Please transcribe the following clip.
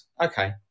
Okay